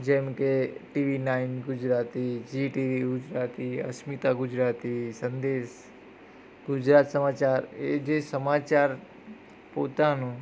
જેમ કે TV nine Gujarati Zee TV Gujarati Asmita Gujarati Sandesh Gujarat Samachar એ જે સમાચાર પોતાનું